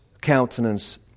countenance